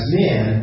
men